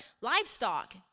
livestock